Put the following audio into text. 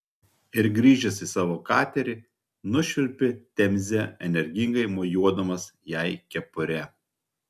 ir grįžęs į savo katerį nušvilpė temze energingai mojuodamas jai kepure